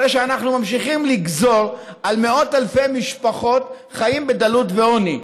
הרי שאנחנו ממשיכים לגזור על מאות אלפי משפחות חיים בדלות ועוני.